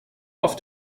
auf